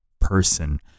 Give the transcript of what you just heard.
person